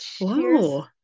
Whoa